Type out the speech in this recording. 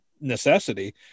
necessity